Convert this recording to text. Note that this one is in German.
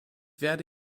werde